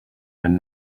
and